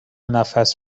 نفس